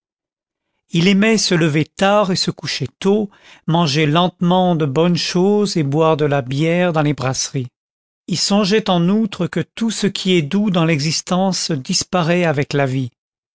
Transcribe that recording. il aimait se lever tard et se coucher tôt manger lentement de bonnes choses et boire de la bière dans les brasseries il songeait en outre que tout ce qui est doux dans l'existence disparaît avec la vie